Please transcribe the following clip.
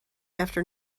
after